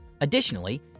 Additionally